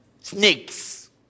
Snakes